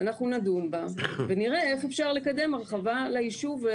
אנחנו נדון בה, ונראה איך אפשר לקדם הרחבה ליישוב.